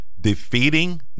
Defeating